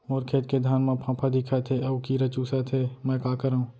मोर खेत के धान मा फ़ांफां दिखत हे अऊ कीरा चुसत हे मैं का करंव?